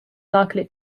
likely